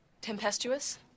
tempestuous